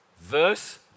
verse